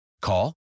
Call